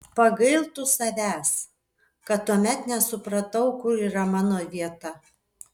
pagailtų savęs kad tuomet nesupratau kur yra mano vieta